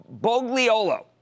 Bogliolo